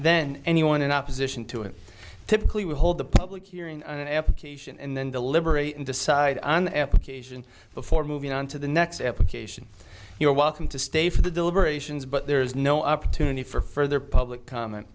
nyone in opposition to it typically will hold the public hearing an application and then deliberate and decide on application before moving on to the next application you're welcome to stay for the deliberations but there is no opportunity for further public comment